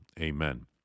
Amen